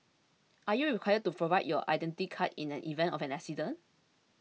are you required to provide your Identity Card in an event of an accident